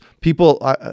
People